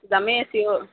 যামেই চিয়'ৰ